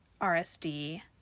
RSD